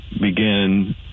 begin